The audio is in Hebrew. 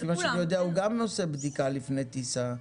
לפי מה שאני יודע, הוא גם עושה בדיקה לפני טיסה.